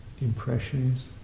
impressions